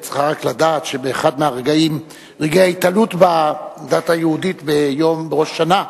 את צריכה לדעת שבאחד מרגעי ההתעלות בדת היהודית בראש השנה,